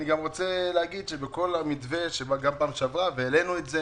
אני גם רוצה להגיד שבכל המתווה שבא גם בפעם שעברה והעלינו את זה